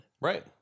Right